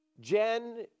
Jen